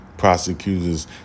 Prosecutors